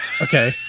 Okay